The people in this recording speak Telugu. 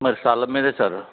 మరి స్థలంమీదే సార్